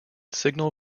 signal